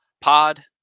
pod